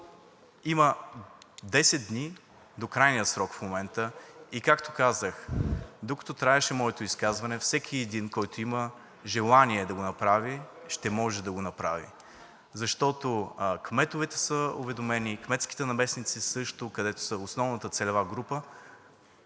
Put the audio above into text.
има 10 дни до крайния срок в момента и както казах, докато траеше моето изказване, всеки един, който има желание да го направи, ще може да го направи. Защото кметовете са уведомени, кметските наместници също, където са основната целева група.